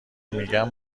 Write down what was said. میگم